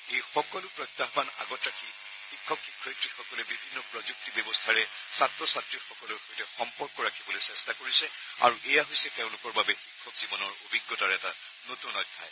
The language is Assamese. এই সকলো প্ৰত্যাহান আগত ৰাখি শিক্ষকসকলে বিভিন্ন প্ৰযুক্তি ব্যৱস্থাৰে ছাত্ৰ ছাত্ৰীসকলৰ সৈতে সম্পৰ্ক ৰাখিবলৈ চেট্টা কৰিছে আৰু এয়া হৈছে তেওঁলোকৰ বাবে শিক্ষক জীৱনৰ অভিজ্ঞতাৰ এটা নতুন অধ্যায়